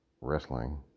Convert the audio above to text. wrestling